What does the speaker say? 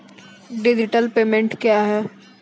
Digital payment क्या हैं?